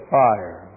fire